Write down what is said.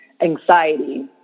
anxiety